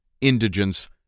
indigence